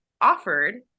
offered